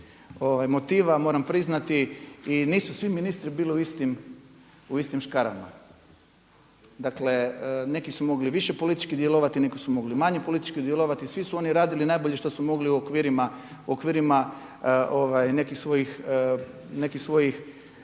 motiva moram priznati i nisu svi ministri bili u istim škarama. Dakle, neki su mogli više politički djelovati, neki su mogli manje politički djelovati. Svi su oni radili najbolje što su mogli u okvirima nekih svojih,